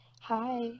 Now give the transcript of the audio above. Hi